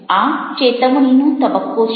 આ ચેતવણીનો તબક્કો છે